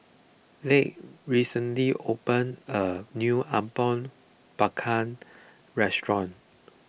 Lige recently opened a new Apom Berkuah restaurant